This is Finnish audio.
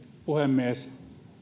puhemies